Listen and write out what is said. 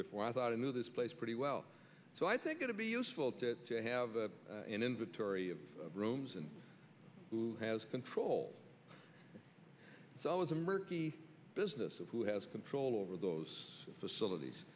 before i thought i knew this place pretty well so i think it to be useful to have a inventory of rooms and who has control it's always a murky business of who has control over those facilities